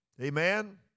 Amen